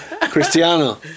Cristiano